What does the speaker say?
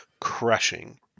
crushing